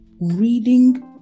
reading